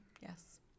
Yes